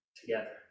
together